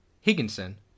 higginson